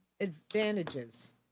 Advantages